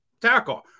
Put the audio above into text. tackle